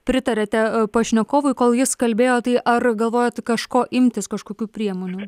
pritarėte pašnekovui kol jis kalbėjo tai ar galvojat kažko imtis kažkokių priemonių